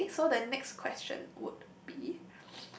okay so the next question would be